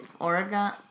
Oregon